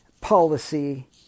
policy